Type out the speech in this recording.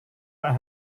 pak